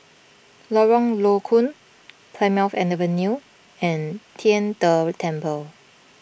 Lorong Low Koon Plymouth Avenue and Tian De Temple